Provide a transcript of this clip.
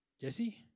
Jesse